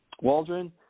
Waldron